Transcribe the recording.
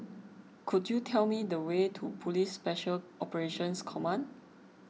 could you tell me the way to Police Special Operations Command